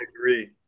agree